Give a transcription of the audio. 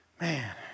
Man